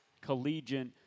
collegiate